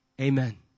Amen